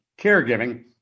caregiving